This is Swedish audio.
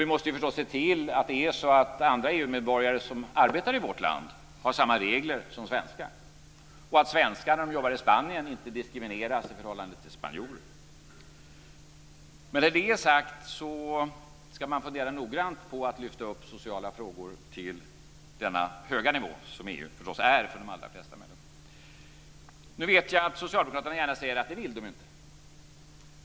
Vi måste förstås se till att andra EU-medborgare som arbetar i vårt land har samma regler som svenskar och att svenskar när de jobbar i Spanien inte diskrimineras i förhållande till spanjorer. När det är sagt ska man fundera noggrant på att lyfta upp sociala frågor till denna höga nivå, som EU förstås är för de allra flesta människor. Nu vet jag att Socialdemokraterna gärna säger att de inte vill det.